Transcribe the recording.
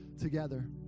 together